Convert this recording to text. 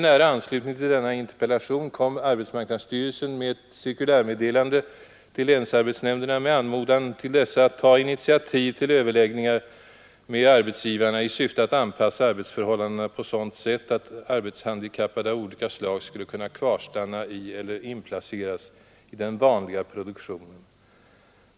Samma år och troligen i när delande till länsarbetsnämnderna med anmodan till dessa att ta initiativ till överläggningar med arbetsgivarna i syfte att anpassa arbetsförhållandena på sådant sätt, att arbetshandikappade av olika slag skulle kunna kvarstanna i eller inplaceras i den vanliga produktionen.